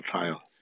trial